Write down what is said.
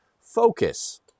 Focus